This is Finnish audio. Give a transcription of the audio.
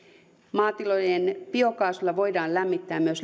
maatilojen biokaasulla voidaan lämmittää myös